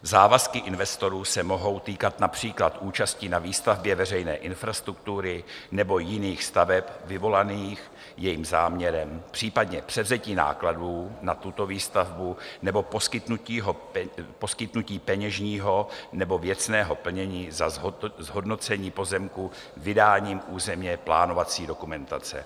Závazky investorů se mohou týkat například účasti na výstavbě veřejné infrastruktury nebo jiných staveb vyvolaných jejich záměrem, případně převzetí nákladů na tuto výstavbu nebo poskytnutí peněžního nebo věcného plnění za zhodnocení pozemku vydáním územněplánovací dokumentace.